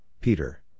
Peter